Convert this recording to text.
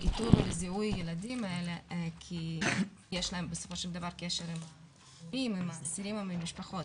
לאיתור וזיהוי ילדים כי יש להם בסופו של דבר קשר עם האסירים והמשפחות,